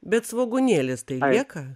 bet svogūnėlis tai lieka